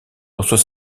reçoit